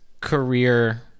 career